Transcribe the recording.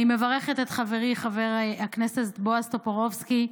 אני מברכת אותך, חברי חבר הכנסת בועז טופורובסקי,